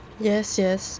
yes yes